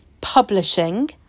publishing